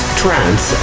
trance